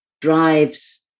drives